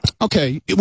Okay